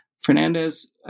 Fernandez